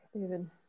David